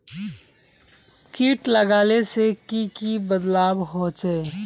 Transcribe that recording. किट लगाले से की की बदलाव होचए?